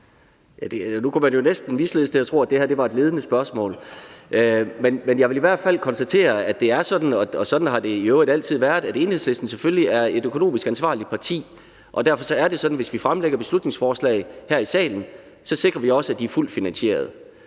Nu kunne man næsten fristes til at tro, at det her var et ledende spørgsmål. Men jeg vil i hvert fald konstatere, at det er sådan – og sådan har det i øvrigt altid været – at Enhedslisten selvfølgelig er et økonomisk ansvarligt parti. Og derfor er det sådan, at hvis vi fremlægger beslutningsforslag her i salen, så sikrer vi også, at de er fuldt finansieret.